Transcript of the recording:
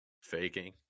Faking